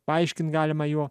paaiškint galima jų